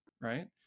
right